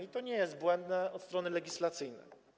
I to nie jest błędne od strony legislacyjnej.